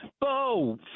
Bo